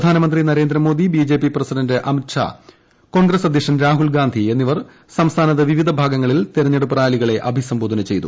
പ്രധാനമന്ത്രി Narendra Modi BJP president Amit Shah Congress അദ്ധ്യക്ഷൻ രാഹുൽഗാന്ധി എന്നിവർ സംസ്ഥാനത്ത് വിവിധ ഭാഗങ്ങളിൽ തെരഞ്ഞെടുപ്പ് റാലികളെ അഭിസംബോധന ചെയ്തു